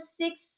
six